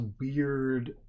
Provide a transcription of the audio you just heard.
weird